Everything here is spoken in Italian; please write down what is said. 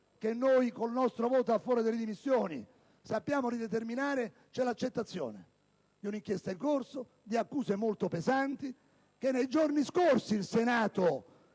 che noi, con il nostro voto a favore delle dimissioni, sappiamo di determinare, c'è l'accettazione di un'inchiesta in corso e di accuse molto pesanti, che solo nei giorni scorsi il Senato